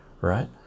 right